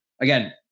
Again